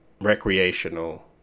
recreational